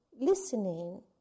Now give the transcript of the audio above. listening